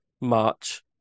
March